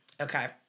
Okay